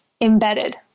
embedded